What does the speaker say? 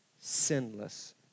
sinless